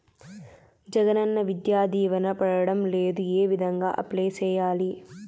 జగనన్న విద్యా దీవెన పడడం లేదు ఏ విధంగా అప్లై సేయాలి